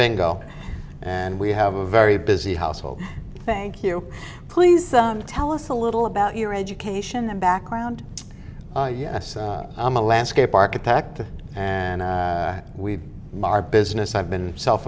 bingo and we have a very busy household thank you please tell us a little about your education and background yes i'm a landscape architect and we are business i've been self